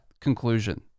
conclusion